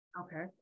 okay